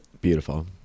beautiful